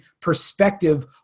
perspective